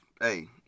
Hey